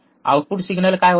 output signal काय होता